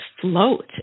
float